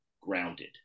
grounded